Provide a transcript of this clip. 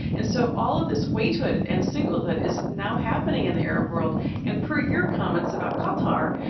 and so all of this waithood and singlehood is now happening in the arab world and per your comments about qatar,